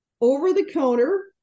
Over-the-counter